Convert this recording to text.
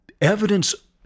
Evidence